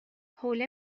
حوله